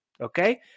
okay